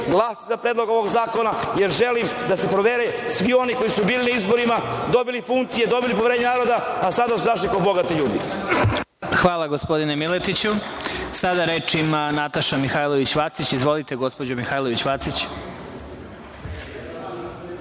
glasati za Predlog ovog zakona, jer želim da se provere svi oni koji su bili na izborima, dobili funkcije, dobili poverenje naroda, a sada su izašli kao bogati ljudi. **Vladimir Marinković** Hvala, gospodine Miletiću. Sada reč ima Nataša Mihailović Vacić. Izvolite, gospođo Mihailović Vacić.